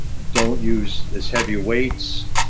don't use as heavy weights.